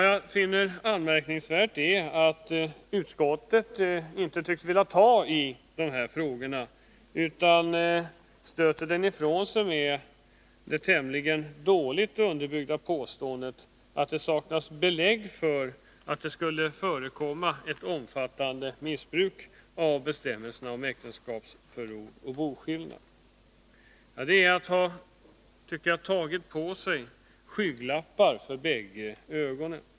Jag finner det anmärkningsvärt att utskottet inte tycks vilja ta i de här frågorna utan stöter dem ifrån sig med det tämligen dåligt underbyggda påståendet att det saknas belägg för att det skulle förekomma ett omfattande missbruk av bestämmelserna om äktenskapsförord och boskillnad. Det är att sätta skygglappar för bägge ögonen.